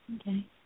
Okay